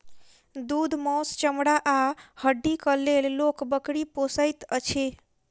दूध, मौस, चमड़ा आ हड्डीक लेल लोक बकरी पोसैत अछि